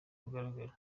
bugaragara